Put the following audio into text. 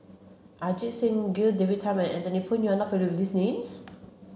Ajit Singh Gill David Tham and Anthony Poon not familiar with these names